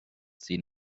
sie